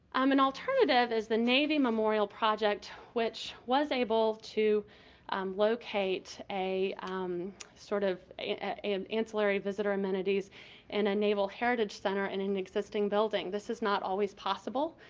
um an alternative is the navy memorial project which was able to locate a sort of an ancillary visitor amenities and enable heritage center in an existing building. this is not always possible.